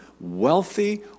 wealthy